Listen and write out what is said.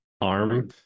arm